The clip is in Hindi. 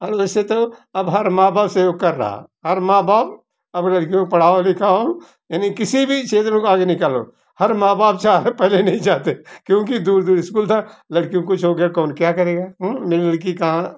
और वैसे तो अब हर माँ बाप सेव कर रहा हर माँ बाप अब लड़कियों को पढ़ाओ लिखाओ यानी किसी भी क्षेत्र में उनको आगे निकालो हर माँ बाप चाह पहले नहीं चाहते क्योंकि दूर दूर स्कूल था लड़कियों को कुछ हो गया कौन क्या करेगा मेरी लड़की कहाँ